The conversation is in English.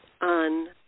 on